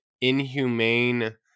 inhumane